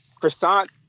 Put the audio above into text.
croissant